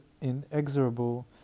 inexorable